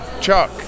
Chuck